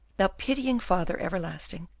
thou pitying father everlasting!